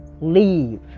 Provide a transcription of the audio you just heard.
leave